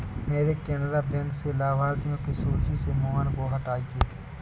मेरे केनरा बैंक से लाभार्थियों की सूची से मोहन को हटाइए